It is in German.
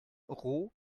roh